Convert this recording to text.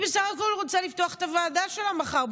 היא בסך הכול רוצה לפתוח את הוועדה שלה מחר.